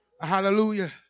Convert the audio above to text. hallelujah